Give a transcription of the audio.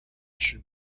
should